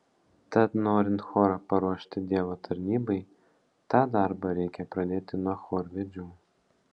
tad norint chorą paruošti dievo tarnybai tą darbą reikia pradėti nuo chorvedžių